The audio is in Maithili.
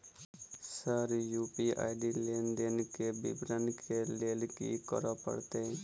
सर यु.पी.आई लेनदेन केँ विवरण केँ लेल की करऽ परतै?